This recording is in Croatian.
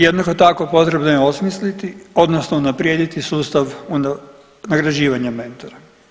Jednako tako potrebno je osmisliti, odnosno unaprijediti sustav nagrađivanja mentora.